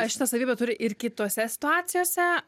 ar šitą savybę turi ir kitose situacijose